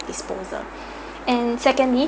disposal and secondly